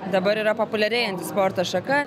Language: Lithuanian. dabar yra populiarėjanti sporto šaka